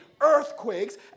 earthquakes